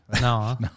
No